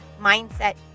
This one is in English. mindset